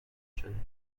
شدهایم